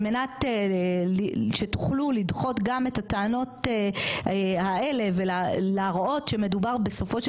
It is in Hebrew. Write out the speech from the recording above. על מנת שתוכלו לדחות גם את הטענות האלה ולהראות שמדובר בסופו של